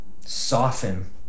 Soften